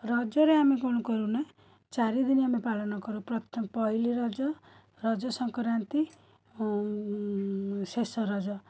ରଜରେ ଆମେ କ'ଣ କରୁନା ଚାରିଦିନ ଆମେ ପାଳନ କରୁ ପ୍ରଥମ ପହିଲି ରଜ ରଜସଂକ୍ରାନ୍ତି ଶେଷ ରଜ